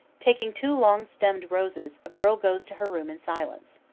taking two long-stemmed roses, a girl goes to her room in silence.